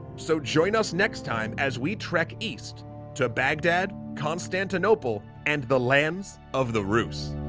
so join us next time as we trek east to baghdad, constantinople and the lands of the rus.